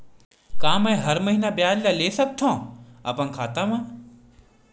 का मैं हर महीना ब्याज ला ले सकथव अपन खाता मा?